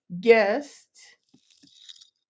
guest